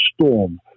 storm